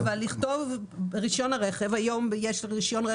היום יש רישיון רכב,